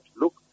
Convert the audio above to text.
look